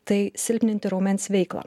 tai silpninti raumens veiklą